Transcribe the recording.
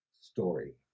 story